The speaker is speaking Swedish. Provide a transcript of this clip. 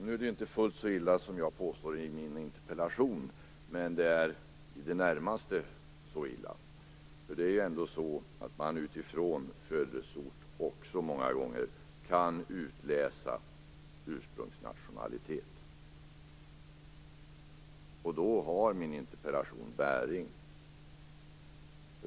Nu är det inte fullt så illa som jag påstår i min interpellation. Utifrån uppgiften om födelseort kan man många gånger utläsa ursprungsnationalitet. Då har min interpellation bäring.